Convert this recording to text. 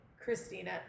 Christina